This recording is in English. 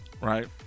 Right